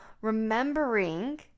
remembering